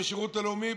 בשירות לאומי,